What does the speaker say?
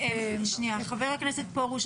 חבר הכנסת פרוש,